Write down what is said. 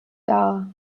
dar